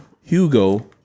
Hugo